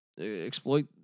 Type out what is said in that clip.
exploit